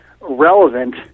relevant